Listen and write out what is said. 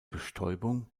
bestäubung